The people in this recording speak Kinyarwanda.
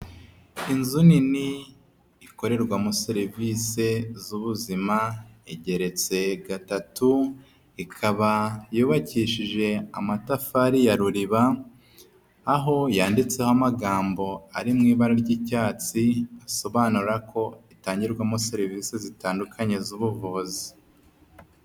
Inzu nini ikorerwamo serivisi z'ubuzima igeretse gatatu, ikaba yubakishije amatafari ya ruriba, aho yanditseho amagambo ari mu ibara ry'icyatsi, asobanura ko itangirwamo serivisi zitandukanye z'ubuvuzi.